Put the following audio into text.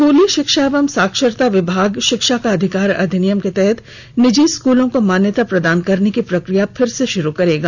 स्कूली शिक्षा एवं साक्षरता विभाग शिक्षा का अधिकार अधिनियम के तहत निजी स्कूलों को मान्यता प्रदान करने की प्रक्रिया फिर शुरू करेगा